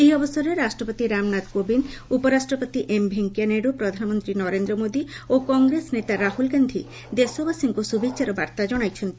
ଏହି ଅବସରରେ ରାଷ୍ଟ୍ରପତି ରାମନାଥ କୋବିନ୍ଦ ଉପରାଷ୍ଟ୍ରପତି ଏମ୍ ଭେଙ୍କିୟା ନାଇଡୁ ପ୍ରଧାନମନ୍ତୀ ନରେନ୍ଦ୍ର ମୋଦି ଓ କଂଗ୍ରେସ ନେତା ରାହୁଲ୍ ଗାକ୍ ଦେଶବାସୀଙ୍କୁ ଶୁଭେଛାର ବାର୍ତା ଜଶାଇଛନ୍ତି